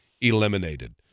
eliminated